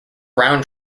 brown